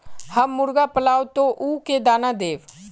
हम मुर्गा पालव तो उ के दाना देव?